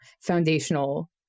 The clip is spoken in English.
foundational